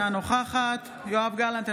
אינה נוכחת יואב גלנט,